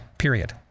period